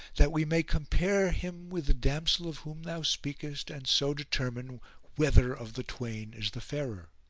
that we may compare him with the damsel of whom thou speakest and so determine whether of the twain is the fairer.